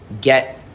get